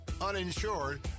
uninsured